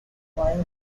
firefox